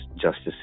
justice